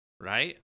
right